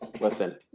Listen